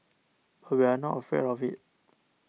but we are not afraid of it